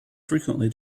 frequently